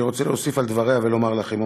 אני רוצה להוסיף על דבריה ולומר לכם,